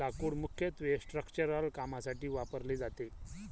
लाकूड मुख्यत्वे स्ट्रक्चरल कामांसाठी वापरले जाते